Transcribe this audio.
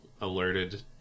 alerted